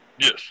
Yes